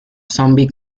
zombie